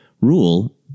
rule